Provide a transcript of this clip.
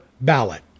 ballot